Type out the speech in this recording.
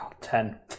Ten